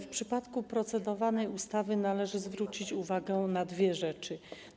W przypadku procedowanej ustawy należy zwrócić uwagę na dwie rzeczy.